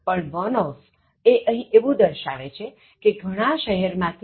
પણ one of એ અહીં એવું દર્શાવે છે કે ઘણાં શહેર માં થી એક